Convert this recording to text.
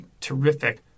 terrific